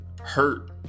hurt